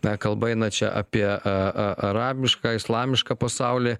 ta kalba eina čia apie a a arabišką islamišką pasaulį